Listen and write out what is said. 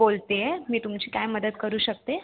बोलते आहे मी तुमची काय मदत करू शकते